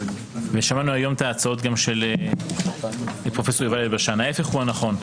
שמענו היום גם את ההצעות של פרופ' יובל אלבשן ההיפך הוא הנכון.